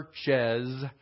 churches